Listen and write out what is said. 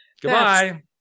Goodbye